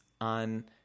on